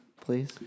please